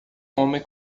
homem